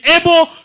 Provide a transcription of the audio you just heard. able